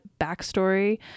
backstory